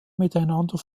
miteinander